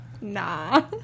Nah